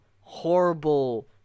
horrible